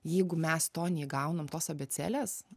jeigu mes to neįgaunam tos abėcėlės